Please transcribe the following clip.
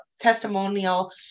testimonial